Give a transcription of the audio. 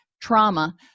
Trauma